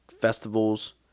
festivals